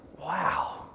wow